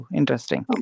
interesting